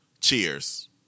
Cheers